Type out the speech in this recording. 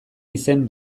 izen